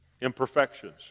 Imperfections